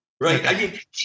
right